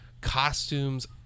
costumes